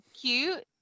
cute